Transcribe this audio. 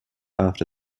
after